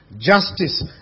justice